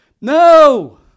No